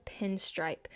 pinstripe